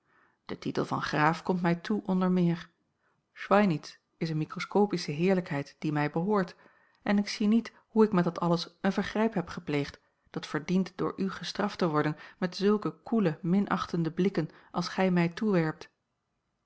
de titel van graaf komt mij toe onder meer schweinitz is eene microscopische heerlijkheid die mij behoort en ik zie niet hoe ik met dat alles een vergrijp heb gepleegd dat verdiend door u gestraft te worden met zulke koele minachtende blikken als gij mij